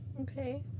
Okay